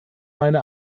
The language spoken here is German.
meine